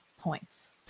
points